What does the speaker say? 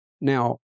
now